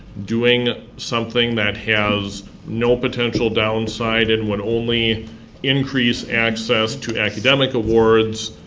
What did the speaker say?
doing something that has no potential downside and would only increase access to academic awards,